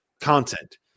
content